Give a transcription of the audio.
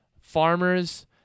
farmers